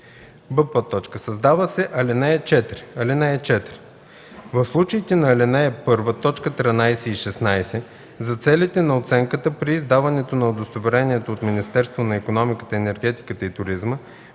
б) създава се ал. 4: „(4) В случаите на ал. 1, т. 13 и 16, за целите на оценката при издаването на удостоверението от Министерството на икономиката, енергетиката и туризма